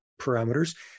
parameters